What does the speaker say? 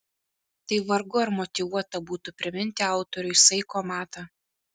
tai vargu ar motyvuota būtų priminti autoriui saiko matą